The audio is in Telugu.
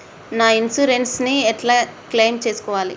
నా ఇన్సూరెన్స్ ని ఎట్ల క్లెయిమ్ చేస్కోవాలి?